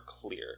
clear